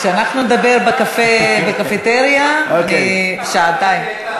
כשאנחנו נדבר בקפיטריה שעתיים.